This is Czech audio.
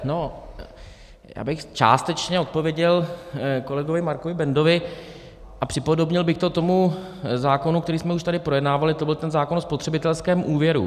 Já bych částečně odpověděl kolegovi Markovi Bendovi a připodobnil bych to k tomu zákonu, který jsme už tady projednávali, to byl ten zákon o spotřebitelském úvěru.